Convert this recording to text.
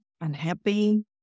unhappy